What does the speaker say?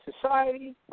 Society